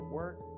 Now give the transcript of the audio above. work